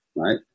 Right